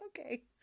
okay